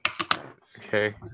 okay